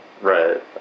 right